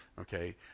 Okay